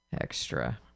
extra